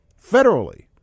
federally